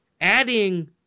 adding